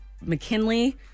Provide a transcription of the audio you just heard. McKinley